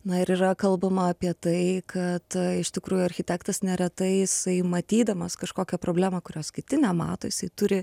na ir yra kalbama apie tai kad iš tikrųjų architektas neretai jisai matydamas kažkokią problemą kurios kiti nemato jisai turi